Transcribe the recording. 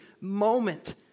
moment